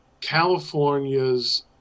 California's